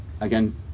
again